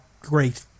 great